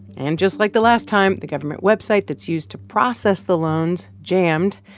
and just like the last time, the government website that's used to process the loans jammed.